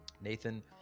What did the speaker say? nathan